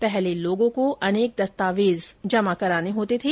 पहले लोगों को अनेक दस्तावेज जमा करने होते थे